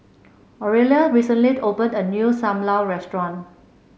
Aurelia recently opened a new Sam Lau Restaurant